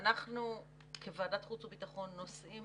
אנחנו כוועדת חוץ וביטחון נושאים